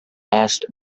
asked